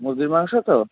মুরগীর মাংস তো